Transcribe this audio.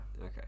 okay